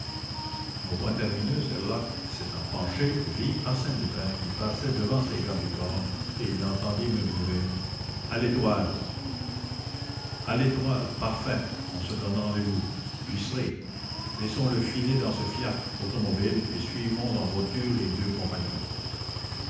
au point terminus herlock s'étant penché vit arsène lupin qui passait devant ses gardes du corps et il l'entendit murmurer à l'étoile à l'étoile parfait on se donne rendez-vous donc laissons-le filer dans ce fiacre automobile et suivons en voiture les deux compagnons